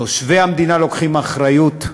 תושבי המדינה לוקחים אחריות,